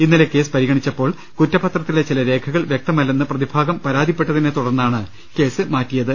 ഇന്നലെ കേസ് പരിഗണിച്ചപ്പോൾ കുറ്റപത്രത്തിലെ ചില രേഖകൾ വൃക്തമല്ലെന്ന് പ്രതിഭാഗം പരാതിപ്പെട്ടതിനെ തുടർന്നാണ് കേസ് മാറ്റിയത്